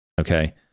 okay